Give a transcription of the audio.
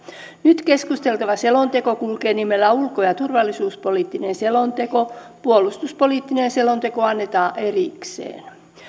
nyt keskusteltava selonteko kulkee nimellä ulko ja turvallisuuspoliittinen selonteko puolustuspoliittinen selonteko annetaan erikseen